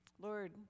Lord